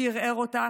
שערער אותה